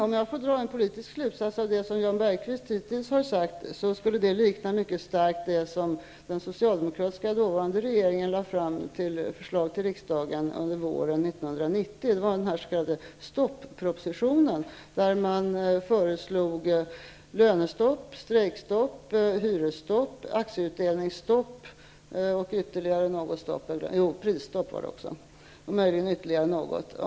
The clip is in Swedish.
Om jag får dra en politisk slutsats av det som Jan Bergqvist hittills har sagt vill jag säga att det mycket starkt liknar det förslag som den dåvarande socialdemokratiska regeringen lade fram för riksdagen under våren 1990, den s.k. stopp-propositionen, där man föreslog lönestopp, strejkstopp, hy resstopp, aktieutdelningsstopp, prisstopp och möjligen ytterligare något stopp.